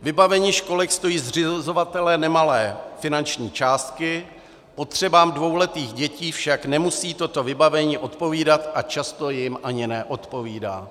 Vybavení školek stojí zřizovatele nemalé finanční částky, potřebám dvouletých dětí však nemusí toto vybavení odpovídat a často jim ani neodpovídá.